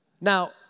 Now